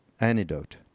antidote